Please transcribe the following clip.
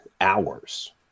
hours